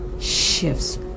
shifts